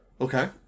Okay